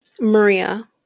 Maria